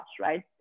right